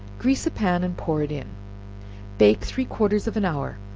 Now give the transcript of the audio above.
grease a pan, and pour it in bake three-quarters of an hour.